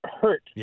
hurt